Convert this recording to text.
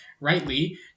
rightly